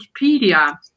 Wikipedia